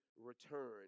return